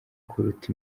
kuruta